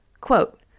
Quote